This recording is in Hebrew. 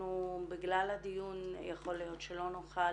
אנחנו בגלל הדיון יכול להיות שלא נוכל